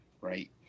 right